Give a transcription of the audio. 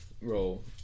roll